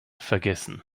vergessen